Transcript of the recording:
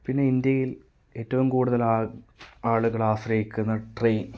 പിന്നെ ഇന്ത്യയിൽ ഏറ്റവും കൂടുതലാൾ ആളുകൾ ആശ്രയിക്കുന്ന ട്രെയിൻ